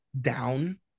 down